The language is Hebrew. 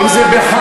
אם זה בחאלב,